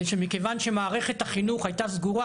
זה שמכיוון שמערכת החינוך הייתה סגורה